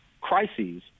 crises